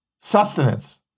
sustenance